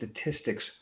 statistics